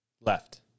left